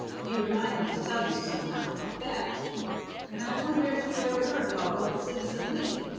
you remind me to tell you some time about that and i wonder if you ever heard about old citizen leigh,